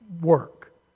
work